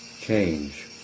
change